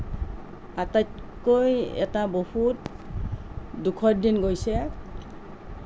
আটাইতকৈ এটা বহুত দুখৰ দিন গৈছে